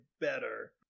better